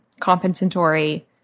compensatory